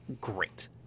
Great